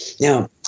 Now